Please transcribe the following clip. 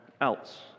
else